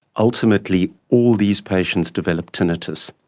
ultimately all these patients develop tinnitus,